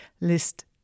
list